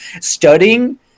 studying